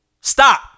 Stop